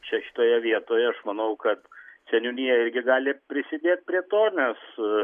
čia šitoje vietoje aš manau kad seniūnija irgi gali prisidėt prie to nes